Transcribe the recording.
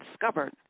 discovered